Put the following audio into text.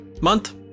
month